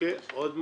עוד משהו?